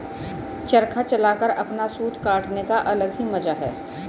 चरखा चलाकर अपना सूत काटने का अलग ही मजा है